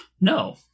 No